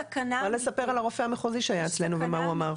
אני יכולה לספר על הרופא המחוזי שהיה אצלנו ומה הוא אמר.